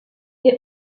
est